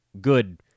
good